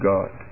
God